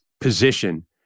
position